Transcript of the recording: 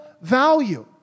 value